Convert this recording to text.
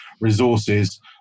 resources